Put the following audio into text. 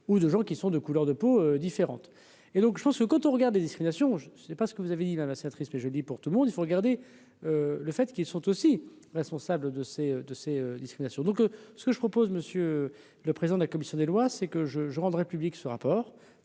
ou de gens qui sont de couleur de peau différente et donc je pense que quand on regarde les discriminations je je ne sais pas ce que vous avez dit la la sénatrice mais je dis pour tout le monde, il faut regarder le fait qu'ils sont aussi responsables de ces, de ces discriminations donc ce que je propose, monsieur le président de la commission des lois, c'est que je je rendrai public ce rapport,